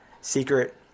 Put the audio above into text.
secret